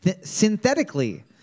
synthetically